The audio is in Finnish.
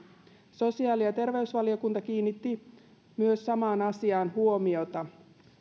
sosiaali ja terveysvaliokunta kiinnitti myös samaan asiaan huomiota